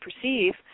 perceive